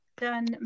done